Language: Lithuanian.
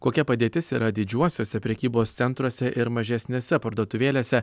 kokia padėtis yra didžiuosiuose prekybos centruose ir mažesnėse parduotuvėlėse